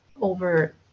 over